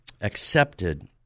accepted